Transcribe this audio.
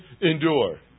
Endure